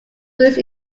reused